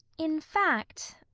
in fact,